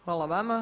Hvala vama.